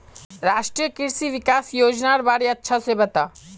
राष्ट्रीय कृषि विकास योजनार बारे अच्छा से बता